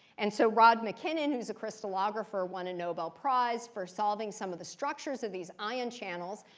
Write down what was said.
and so rod mackinnon, who's a crystallographer, won a nobel prize for solving some of the structures of these ion channels.